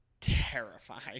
terrifying